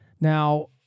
Now